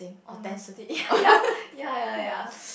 honestly ya ya ya ya ya